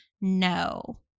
no